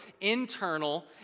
internal